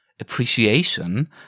appreciation